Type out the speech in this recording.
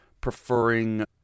preferring